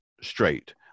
straight